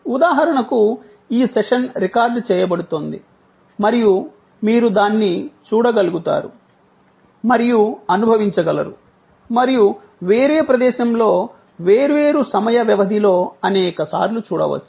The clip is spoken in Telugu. ఉదాహరణకు ఈ సెషన్ రికార్డ్ చేయబడుతోంది మరియు మీరు దాన్ని చూడగలుగుతారు మరియు అనుభవించగలరు మరియు వేరే ప్రదేశంలో వేర్వేరు సమయ వ్యవధిలో అనేకసార్లు చూడవచ్చు